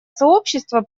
сообщества